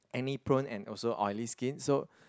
acne prone and also oily skin so